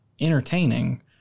entertaining